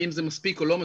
האם זה מספיק או לא מספיק,